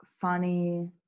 funny